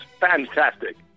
fantastic